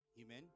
Amen